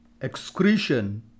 Excretion